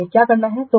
इसलिए क्या करना है